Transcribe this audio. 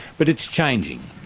but it's changing.